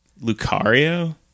Lucario